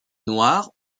noire